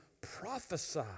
prophesy